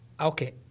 Okay